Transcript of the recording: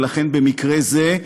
ולכן במקרה זה,